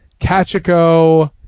Kachiko